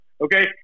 Okay